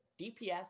DPS